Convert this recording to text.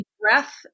breath